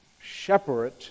shepherd